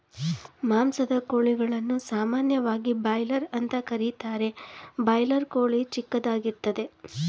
ಮಾಂಸದ ಕೋಳಿಗಳನ್ನು ಸಾಮಾನ್ಯವಾಗಿ ಬಾಯ್ಲರ್ ಅಂತ ಕರೀತಾರೆ ಬಾಯ್ಲರ್ ಕೋಳಿ ಚಿಕ್ಕದಾಗಿರ್ತದೆ